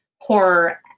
horror